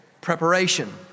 preparation